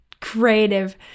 creative